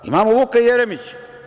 Imamo Vuka Jeremića.